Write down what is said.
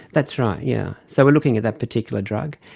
that's right, yeah so we're looking at that particular drug.